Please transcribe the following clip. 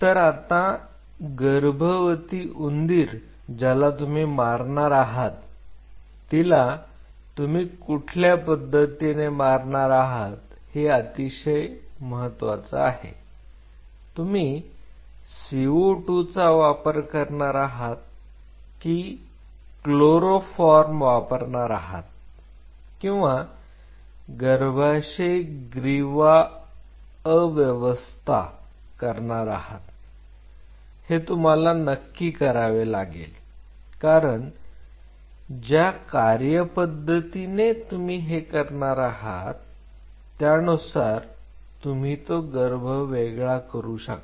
तर आता गर्भवती उंदीर ज्याला तुम्ही मारणार आहात तिला तुम्ही कुठल्या पद्धतीने मारणार आहात हे अतिशय महत्त्वाचा आहे तुम्ही co2 चा वापर करणार आहात की क्लोरोफॉर्म वापरणार आहात किंवा गर्भाशय ग्रीवा अव्यवस्था करणार आहात हे तुम्हाला नक्की करावे लागेल कारण ज्या कार्यपद्धतीने तुम्ही हे करणार आहात त्यानुसार तुम्ही तो गर्भ वेगळा करू शकता